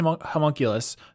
homunculus